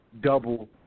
double